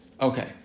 okay